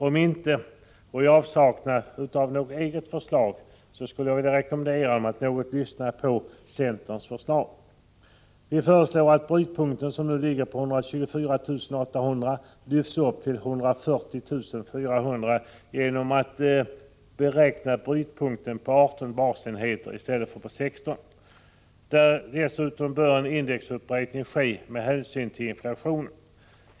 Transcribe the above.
Om inte skulle jag rekommendera er att i avsaknad av något eget förslag lyssna något på centerns förslag. Vi föreslår dels att brytpunkten, som nu ligger på 124 800 kr., lyfts upp till 140 400 kr. genom att man beräknar brytpunkten på 18 basenheter i stället för på 16. Dessutom bör indexuppräkning ske med hänsyn till inflationen.